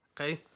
Okay